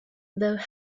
though